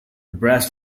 brass